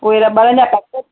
ऊहे रॿड़नि जा पैकिट